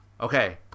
Okay